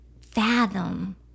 fathom